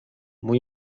mój